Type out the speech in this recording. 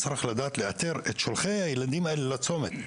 צריך לדעת לאתר את שולחי הילדים האלה לצומת.